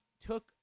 took